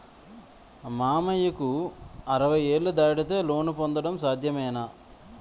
మామయ్యకు అరవై ఏళ్లు దాటితే లోన్ పొందడం సాధ్యమేనా?